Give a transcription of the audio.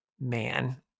man